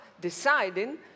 deciding